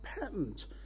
patent